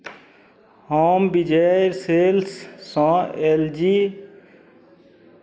हम विजय सेल्ससँ एल जी